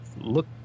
look